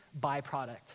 byproduct